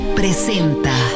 presenta